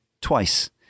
twice